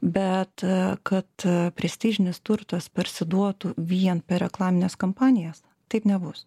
bet kad prestižinis turtas parsiduotų vien per reklamines kampanijas taip nebus